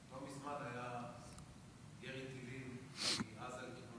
לא מזמן היה ירי טילים מעזה לכיוון